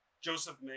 Joseph